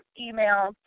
email